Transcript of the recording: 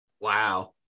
wow